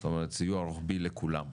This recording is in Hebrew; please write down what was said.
זאת אומרת סיוע רוחבי לכולם.